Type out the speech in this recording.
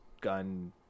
gun